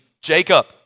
Jacob